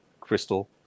crystal